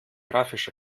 grafisch